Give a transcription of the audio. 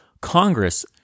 Congress